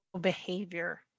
behavior